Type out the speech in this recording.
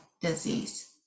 disease